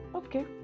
okay